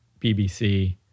BBC